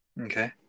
Okay